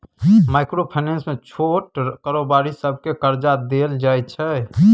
micro finance मे छोट कारोबारी सबकेँ करजा देल जाइ छै